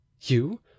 You